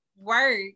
work